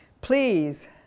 Please